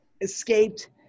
escaped